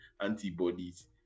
antibodies